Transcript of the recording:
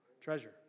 Treasure